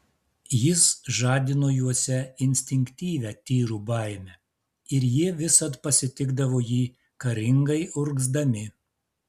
jis žadino juose instinktyvią tyrų baimę ir jie visad pasitikdavo jį karingai urgzdami